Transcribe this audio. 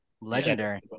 legendary